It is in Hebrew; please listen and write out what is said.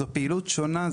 זו פעילות שונה.